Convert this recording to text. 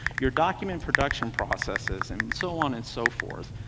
your document production processes, and so on and so forth.